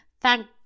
thank